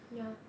ya